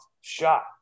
shot